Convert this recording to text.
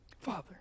Father